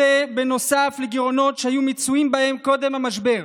וזה בנוסף לגירעונות שהיו מצויים בהם קודם למשבר.